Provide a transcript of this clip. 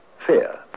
fear